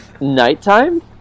nighttime